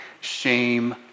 shame